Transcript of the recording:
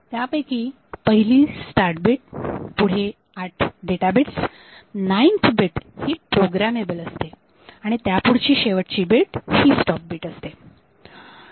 त्यापैकी पहिली start bit पुढील आठ डेटा बिट्स नाइंथ बीट ही प्रोग्रामेबल असते व त्यापुढील शेवटची बीट स्टॉप बीट असते